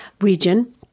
region